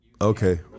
Okay